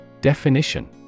Definition